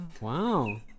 wow